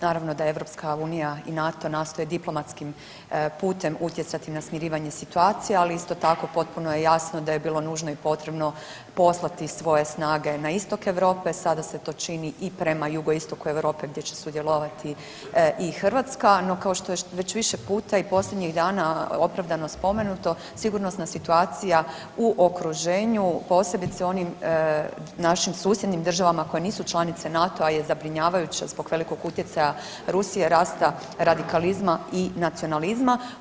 Naravno da EU i NATO nastoje diplomatskim putem utjecati na smirivanje situacije, ali isto tako, potpuno je jasno da je bilo nužno i potrebno poslati svoje snage na istok Europe, sada se to čini i prema jugoistoku Europe gdje će sudjelovati i Hrvatska, no kao što je već više puta i posljednjih dana opravdano spomenuto, sigurnosna situacija u okruženju, posebice u onim našim susjednim državama koje nisu članice NATO-a je zabrinjavajuća zbog velikog utjecaja Rusije, rasta radikalizma i nacionalizma.